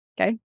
okay